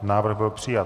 Návrh byl přijat.